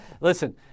listen